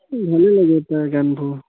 ভালেই লাগে তাৰ গানবোৰ